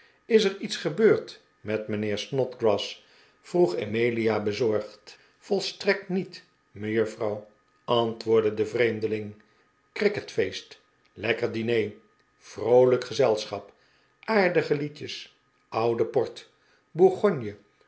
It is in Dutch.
is er iets gebeurd met mijnheer snodgrass vroeg emilia bezorgd volstrekt niet mejuffrouw antwoordde de vreemdeling crieketfeest lekker diner vroolijk gezelschap aardige liedjes oude port bourgonje